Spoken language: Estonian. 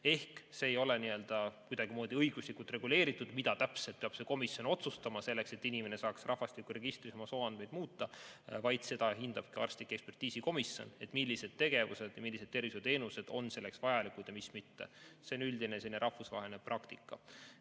Ehk see ei ole kuidagimoodi õiguslikult reguleeritud, mida täpselt peab see komisjon otsustama, selleks et inimene saaks rahvastikuregistris oma sooandmeid muuta, vaid arstlik ekspertiisikomisjon hindabki, millised tegevused ja millised tervishoiuteenused on selleks vajalikud ja millised mitte. See on üldine rahvusvaheline praktika.